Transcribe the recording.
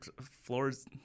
floors